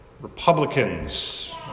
Republicans